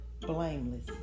Blameless